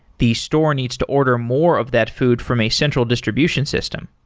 the store needs to order more of that food from a central distribution system.